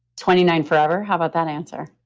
twenty nine forever, how about that answer?